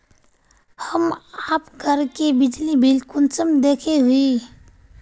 हम आप घर के बिजली बिल कुंसम देखे हुई?